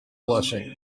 blessing